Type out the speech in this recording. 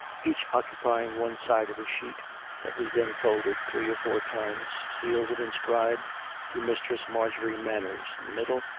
each occupying one side of a sheet that was then folded three or four times sealed, and inscribed to mis tress marjorie manners in the middle,